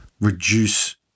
reduce